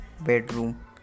bedroom